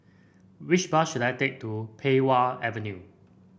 which bus should I take to Pei Wah Avenue